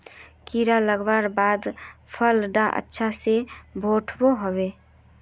कीड़ा लगवार बाद फल डा अच्छा से बोठो होबे?